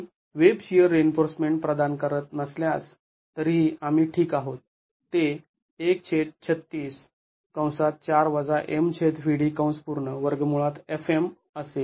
आम्ही web shear reinforcement प्रदान करणार नसल्यास तरीही आम्ही ठीक आहोत ते असेल